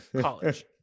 College